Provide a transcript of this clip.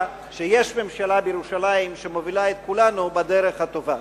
שיש ממשלה בירושלים שמובילה את כולנו בדרך הטובה.